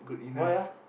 why ah